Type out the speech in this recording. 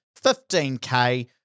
15K